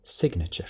signature